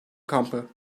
kampı